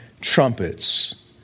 trumpets